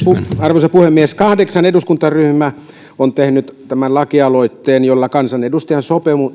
arvoisa puhemies kahdeksan eduskuntaryhmää on tehnyt tämän lakialoitteen jolla kansanedustajan